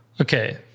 Okay